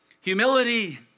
Humility